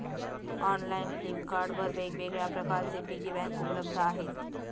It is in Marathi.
ऑनलाइन फ्लिपकार्ट वर वेगवेगळ्या प्रकारचे पिगी बँक उपलब्ध आहेत